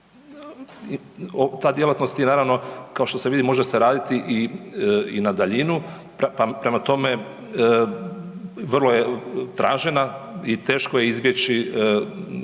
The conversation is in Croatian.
Ta djelatnost je naravno kao što se vidi može se raditi i, i na daljinu, pa prema tome vrlo je tražena i teško je izbjeći